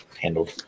handled